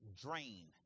drain